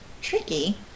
tricky